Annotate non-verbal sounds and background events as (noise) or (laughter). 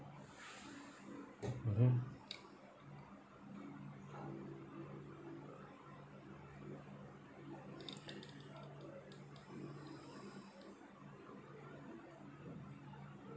(breath) mmhmm (breath)